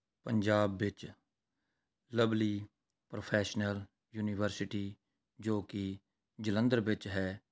ਪੰਜਾਬ ਵਿੱਚ Lovely Professional University ਜੋ ਕਿ ਜਲੰਧਰ ਵਿੱਚ ਹੈ